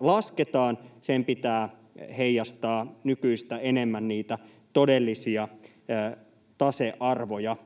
lasketaan, pitää heijastaa nykyistä enemmän niitä todellisia tasearvoja,